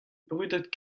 brudet